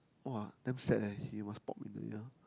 !wah! damn sad leh he must pop in the ear